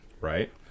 right